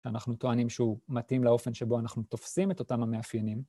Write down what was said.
אנחנו טוענים שהוא מתאים לאופן שבו אנחנו תופסים את אותם המאפיינים.